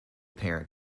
parent